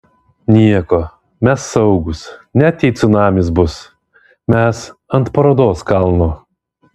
nieko mes saugūs net jei cunamis bus mes ant parodos kalno